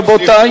רבותי,